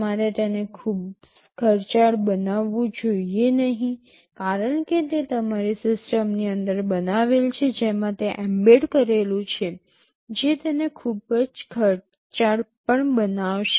તમારે તેને ખૂબ ખર્ચાળ બનાવવું જોઈએ નહીં કારણ કે તે તમારી સિસ્ટમની અંદર બનાવેલ છે જેમાં તે એમ્બેડ કરેલું છે જે તેને ખૂબ જ ખર્ચાળ પણ બનાવશે